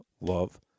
love